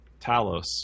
Talos